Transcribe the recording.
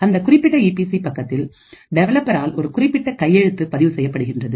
அந்த குறிப்பிட்ட E P C பக்கத்தில் டெவலப்பர் ஆல் ஒரு குறிப்பிட்ட கையெழுத்து பதிவு செய்யப்படுகின்றது